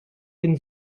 den